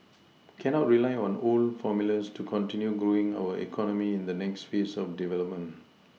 cannot rely on old formulas to continue growing our economy in the next phase of development